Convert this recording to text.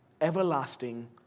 everlasting